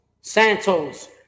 Santos